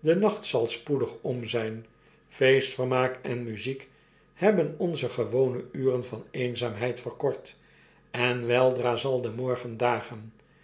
de nacht zal spoedig om zijn feestvermaak en muziek hebben onze gewone uren van eenzaamheid verkort en weldra zal de morgen dagen